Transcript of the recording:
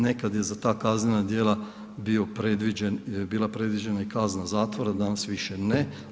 Nekad je za ta kaznena djela bila predviđena i kazna zatvora, danas više ne.